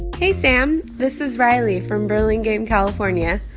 hey, sam. this is riley from burlingame, calif. um yeah